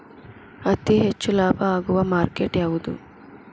ಅತಿ ಹೆಚ್ಚು ಲಾಭ ಆಗುವ ಮಾರ್ಕೆಟ್ ಯಾವುದು?